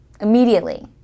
immediately